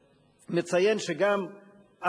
הייתי מציין פה שגם ההשפעה,